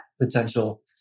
potential